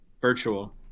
virtual